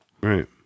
Right